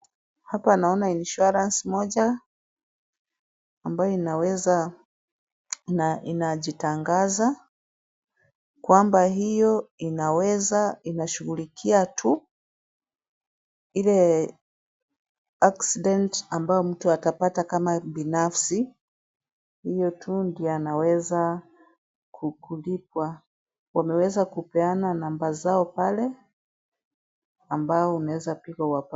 Hapa naona [insurance]moja ambayo inaweza na inajitangaza kwamba hio inaweza inashughulikia tu ile [accident] ambayo mtu atapata kama binafsi huyo tu ndo anaweza kulipwa, wameweza kupeana namba zao pale ambao unaweza piga uwapate.